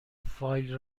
فایل